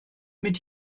mit